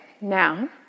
now